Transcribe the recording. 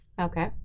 okay